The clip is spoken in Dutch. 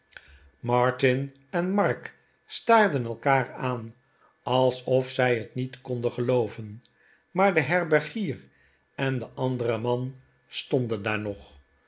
martin en mark staarden elkaar aan alsof zij het niet konden gelooven maar de herbergier en de andere man stonden daar nog